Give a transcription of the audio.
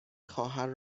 خواهر